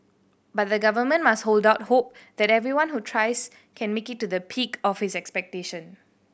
but the Government must hold out hope that everyone who tries can make it to the peak of his expectation